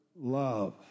love